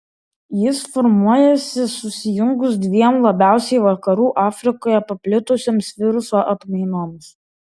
jis formuojasi susijungus dviem labiausiai vakarų afrikoje paplitusioms viruso atmainoms